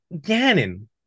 Gannon